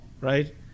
Right